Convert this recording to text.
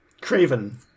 Craven